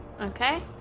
Okay